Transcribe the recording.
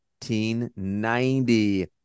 1990